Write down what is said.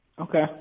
Okay